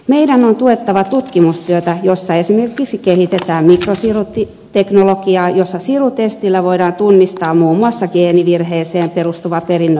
meidän on tuettava tutkimustyötä jossa esimerkiksi kehitetään mikrosiruteknologiaa jossa sirutestillä voidaan tunnistaa muun muassa geenivirheeseen perustuva perinnöllinen sairaus